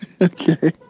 Okay